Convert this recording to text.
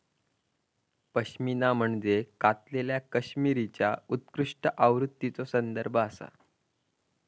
पश्मिना म्हणजे कातलेल्या कश्मीरीच्या उत्कृष्ट आवृत्तीचो संदर्भ आसा